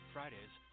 Fridays